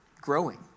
growing